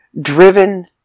driven